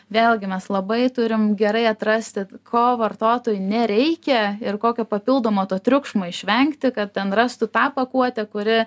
vėlgi mes labai turim gerai atrasti ko vartotui nereikia ir kokio papildomo to triukšmo išvengti kad ten rastų tą pakuotę kuri